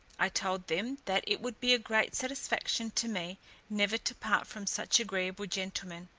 i told them, that it would be a great satisfaction to me never to part from such agreeable gentlemen,